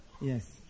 Yes